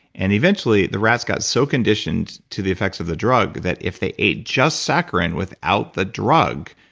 and eventually the rats got so conditioned to the effects of the drug, that if they ate just saccharin without the drug,